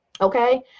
okay